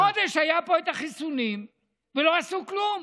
חודש היו פה החיסונים ולא עשו כלום.